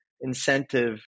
incentive